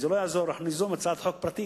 אם זה לא יעזור, אנחנו ניזום הצעת חוק פרטית,